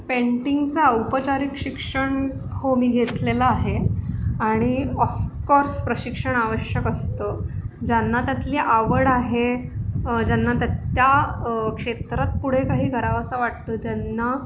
पेंटिंगचं औपचारिक शिक्षण हो मी घेतलेलं आहे आणि ऑफकोर्स प्रशिक्षण आवश्यक असतं ज्यांना त्यातली आवड आहे ज्यांना त्यात त्या क्षेत्रात पुढे काही करावसं वाटतो त्यांना